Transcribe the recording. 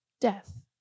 death